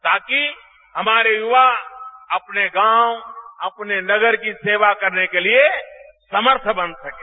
ताकि हमारे युवा अपने गांव अपने नगर की सेवा करने के लिए समर्थ बन सकें